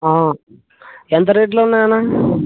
ఎంత రేట్లో ఉన్నాయి అన్న